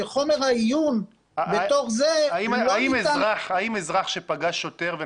שחומר העיון בתוך זה לא ניתן --- האם אזרח שפגש שוטר והוא